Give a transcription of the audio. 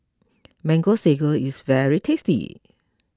Mango Sago is very tasty